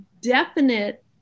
definite